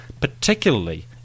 particularly